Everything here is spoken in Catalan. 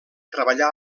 treballar